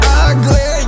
ugly